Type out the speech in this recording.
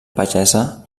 pagesa